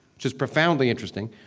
which is profoundly interesting,